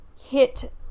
hit